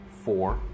Four